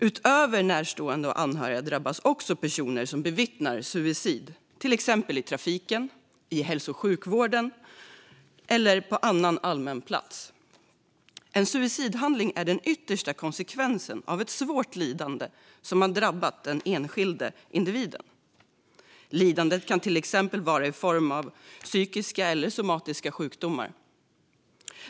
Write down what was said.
Utöver närstående och anhöriga drabbas också personer som bevittnar suicid, till exempel i trafiken, i hälso och sjukvården eller på annan allmän plats. En suicidhandling är den yttersta konsekvensen av ett svårt lidande som har drabbat den enskilda individen. Lidandet kan till exempel vara i form av psykiska eller somatiska sjukdomar.